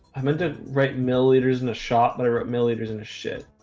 um and write milliliters in a shot that i wrote milliliters in a shit